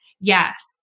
Yes